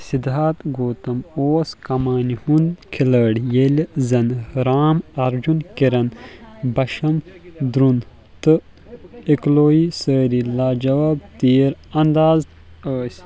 سِدھارتھ گوتم اوس کمانہِ ہُنٛد كھِلٲڑۍ ییٚلہِ زن رام ارجُن کِرن بشم درٛون تہٕ ایکلَوی سٲری لاجواب تیٖر انداز ٲسۍ